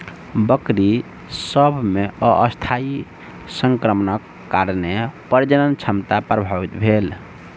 बकरी सभ मे अस्थायी संक्रमणक कारणेँ प्रजनन क्षमता प्रभावित भेल